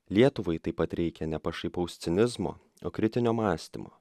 lietuvai taip pat reikia ne pašaipaus cinizmo o kritinio mąstymo